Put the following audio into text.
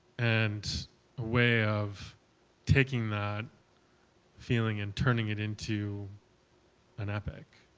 and a way of taking that feeling and turning it into an epic,